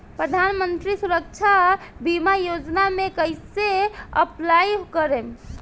प्रधानमंत्री सुरक्षा बीमा योजना मे कैसे अप्लाई करेम?